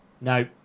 No